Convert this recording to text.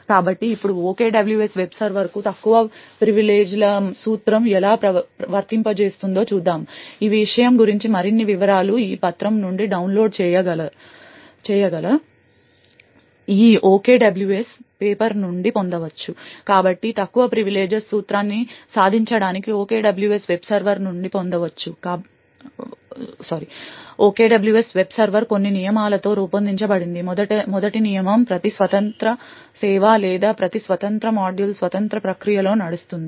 కాబట్టి ఇప్పుడు OKWS web సర్వర్కు తక్కువ ప్రివిలేజ్ల సూత్రం ఎలా వర్తింపజేస్తుందో చూద్దాం ఈ విషయం గురించి మరిన్ని వివరాలను ఈ పత్రము నుండి డౌన్లోడ్ చేయగల ఈ OKWS పేపర్ నుండి పొందవచ్చు కాబట్టి తక్కువ ప్రివిలేజెస్ సూత్రాన్ని సాధించడానికి OKWS వెబ్ సర్వర్ కొన్ని నియమాలతో రూపొందించబడింది మొదటి నియమం ప్రతి స్వతంత్ర సేవ లేదా ప్రతి స్వతంత్ర మాడ్యూల్ స్వతంత్ర ప్రక్రియలో నడుస్తుంది